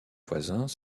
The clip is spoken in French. voisins